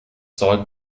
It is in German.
sollten